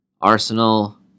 Arsenal